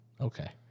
okay